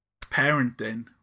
parenting